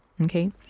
okay